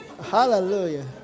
Hallelujah